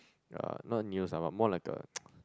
uh not news ah but more like a